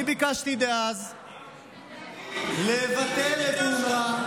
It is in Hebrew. אני ביקשתי אז לבטל את אונר"א,